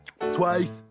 twice